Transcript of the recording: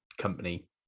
company